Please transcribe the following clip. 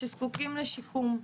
שזקוקים לשיקום,